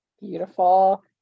Beautiful